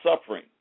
suffering